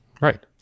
right